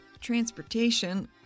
transportation